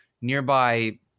nearby